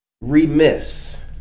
remiss